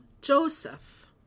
Joseph